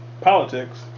politics